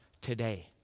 today